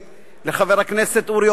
גם לחבר הכנסת אברהם מיכאלי,